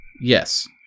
Yes